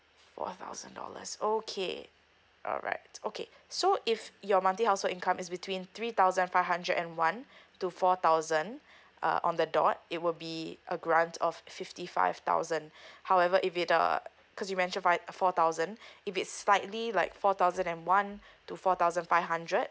four thousand dollars okay alright okay so if your monthly household income is between three thousand five hundred and one to four thousand uh on the dot it will be a grant of fifty five thousand however if it uh cause you mentioned five uh four thousand it is slightly like four thousand and one to four thousand five hundred